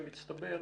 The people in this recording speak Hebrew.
במצטבר.